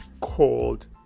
called